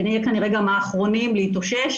ונהיה כנראה גם האחרונים להתאושש,